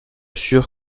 sûrs